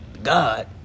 god